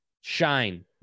shine